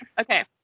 Okay